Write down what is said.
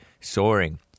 soaring